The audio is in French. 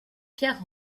pierre